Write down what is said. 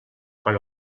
quan